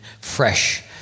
fresh